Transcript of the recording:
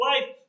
life